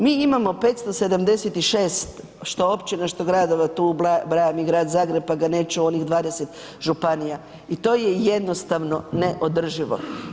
Mi imamo 576 što općina, što gradova tu ubrajam i grad Zagreb pa ga neću u onih 20 županija i to je jednostavno ne održivo.